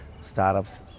startups